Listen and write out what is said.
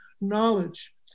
knowledge